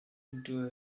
into